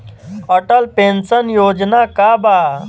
Atal pension योजना का बा?